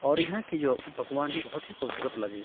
اور یہاں کی جو پکوان ہے بہت ہی خوبصورت لذیذ